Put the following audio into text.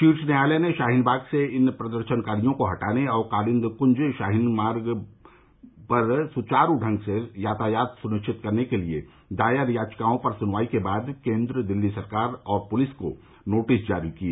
शीर्ष न्यायालय ने शाहीनबाग से इन प्रदर्शनकारियों को हटाने और कालिन्दी कुंज शाहीन बाग मार्ग पर सुचारु ढ़ंग से यातायात सुनिश्चित करने के लिए दायर याचिकाओं पर सुनवाई के बाद केंद्र दिल्ली सरकार और पुलिस को नोटिस जारी किए